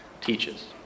teaches